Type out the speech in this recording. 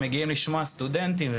שמגיעים לשמוע סטודנטים,